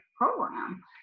program